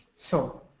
so